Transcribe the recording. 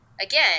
Again